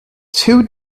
too